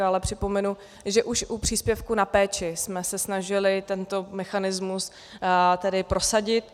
Ale připomenu, že už u příspěvku na péči jsme se snažili tento mechanismus prosadit.